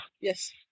Yes